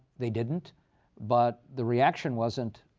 they didn't but the reaction wasn't,